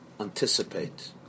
anticipate